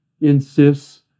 insists